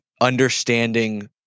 understanding